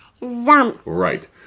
Right